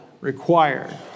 required